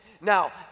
Now